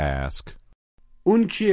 ask